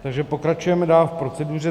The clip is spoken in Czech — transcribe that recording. Takže pokračujeme dál v proceduře.